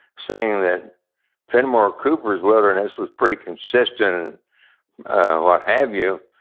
saying that fenimore cooper's wilderness was pretty consistent and what have you,